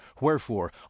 Wherefore